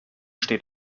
steht